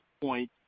point